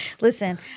Listen